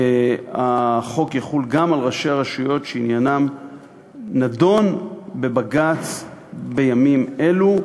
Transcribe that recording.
החוק יחול גם על ראשי הרשויות שעניינם נדון בבג"ץ בימים אלה,